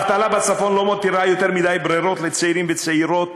האבטלה בצפון לא מותירה יותר מדי ברירות לצעירים וצעירות